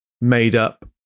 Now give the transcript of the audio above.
made-up